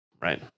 right